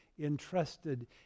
entrusted